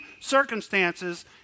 circumstances